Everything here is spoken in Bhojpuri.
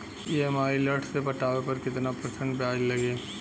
ई.एम.आई लेट से पटावे पर कितना परसेंट ब्याज लगी?